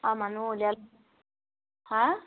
আৰু মানুহ উলিয়ালে হাঁ